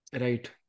Right